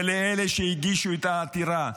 ולאלה שהגישו את העתירה,